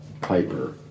Piper